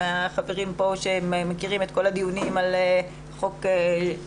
החברים כאן מכירים את כל הדיונים על מה שנקרא חוק טיבי.